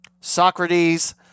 Socrates